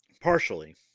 Partially